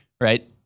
right